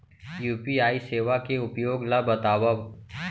UPI सेवा के उपयोग ल बतावव?